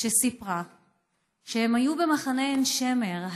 שסיפרה שהם היו במחנה עין-שמר.